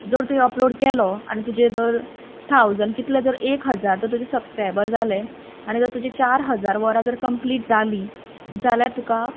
जर तुवें अपलोड केलो आनी तुजे धर थावजंड कितलें जर एक हजार तुजें तर सबस्क्रायबर जाले आनी जर तुजी चार हजार वरां जर कंप्लिट जाली जाल्यार तुका